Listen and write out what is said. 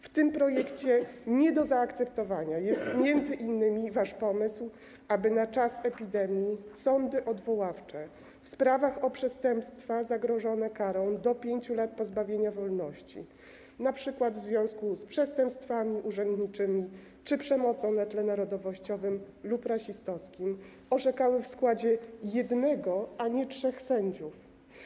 W tym projekcie nie do zaakceptowania jest m.in. wasz pomysł, aby na czas epidemii sądy odwoławcze w sprawach o przestępstwa zagrożone karą do 5 lat pozbawienia wolności, np. w związku z przestępstwami urzędniczymi czy przemocą na tle narodowościowym lub rasistowskim, orzekały w składzie jednego, a nie trzech sędziów.